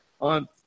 on